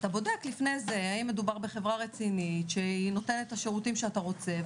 אתה בודק לפני זה אם מדובר בחברה רצינית שנותנת את השירותים שאתה רוצה,